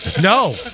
No